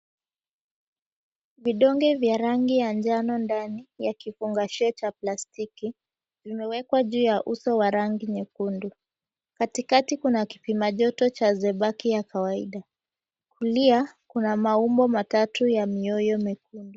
Vidonge vya rangi ya njano ndani, na kifungashe cha plastiki, vimewekwa juu ya uso wa rangi nyekundu. Katikati kuna kipimajoto cha zebaki ya kawaida. Kulia kuna maumbo matatu ya mioyo mekundu.